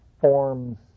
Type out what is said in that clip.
forms